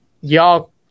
Y'all